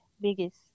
biggest